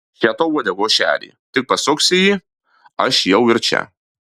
še tau uodegos šerį tik pasuksi jį aš jau ir čia